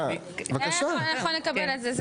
היה נכון לקבל את זה.